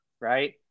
right